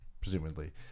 presumably